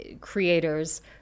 creators